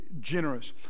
generous